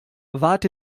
wat